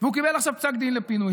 והוא קיבל עכשיו פסק דין לפינוי.